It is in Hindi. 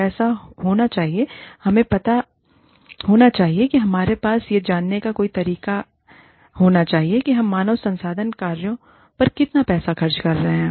पैसा होना चाहिए हमें पता होना चाहिए कि हमारे पास यह जानने का कोई तरीका होना चाहिए कि हम मानव संसाधन कार्यों पर कितना पैसा खर्च कर रहे हैं